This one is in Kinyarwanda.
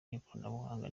n’ikoranabuhanga